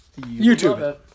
YouTube